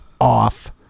off